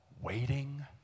waiting